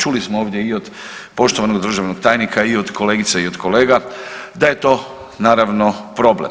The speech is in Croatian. Čuli smo ovdje i od poštovanog državnog tajnika i od kolegice i kolega, da je to naravno, problem.